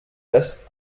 das